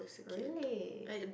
really